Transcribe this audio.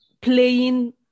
playing